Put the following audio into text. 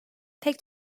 pek